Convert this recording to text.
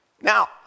Now